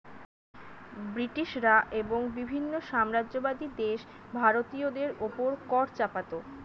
ব্রিটিশরা এবং বিভিন্ন সাম্রাজ্যবাদী দেশ ভারতীয়দের উপর কর চাপাতো